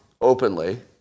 openly